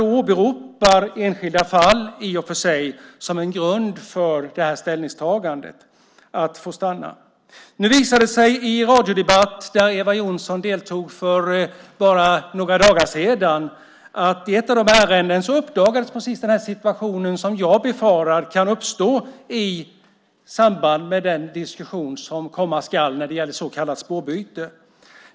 Då åberopade man olika fall, i och för sig enskilda sådana, som grund för ställningstagandet att få stanna. Nu visade det sig i den radiodebatt som Eva Johnsson deltog i för bara några dagar sedan att i fråga om ett av ärendena uppdagades just den situation som jag befarat kunde uppstå i samband med den diskussion som komma skall beträffande så kallat spårbyte.